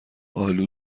آلو